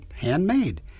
handmade